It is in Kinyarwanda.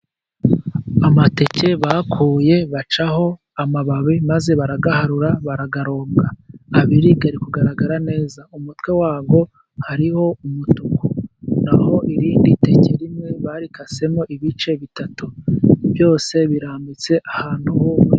Amateke bakuye bacaho amababi maze barayaharura, barayaronga, abiri ari kugaragara neza, umutwe wayo hariho umutuku naho irindi teke rimwe barikasemo ibice bitatu, byose birambitse ahantu.